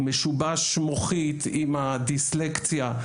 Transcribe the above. משובש מוחית עם הדיסלקציה,